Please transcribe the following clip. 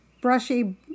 brushy